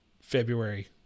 February